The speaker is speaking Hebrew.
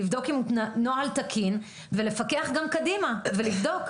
לבדוק אם הנוהל תקין ולפקח גם קדימה ולבדוק.